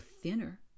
thinner